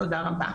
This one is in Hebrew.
תודה רבה,